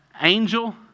Angel